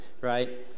right